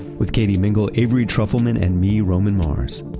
with katie mingle, avery trufelman and me, roman mars.